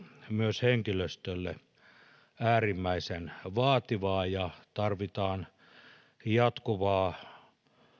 myös henkilöstölle äärimmäisen vaativaa ja tarvitaan jatkuvaa